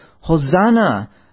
Hosanna